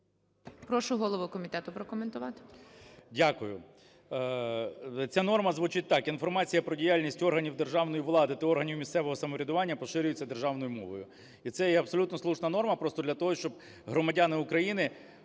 Прошу голову комітету прокоментувати.